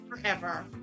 forever